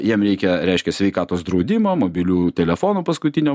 jam reikia reiškia sveikatos draudimo mobilių telefonų paskutinio